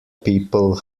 people